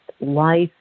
life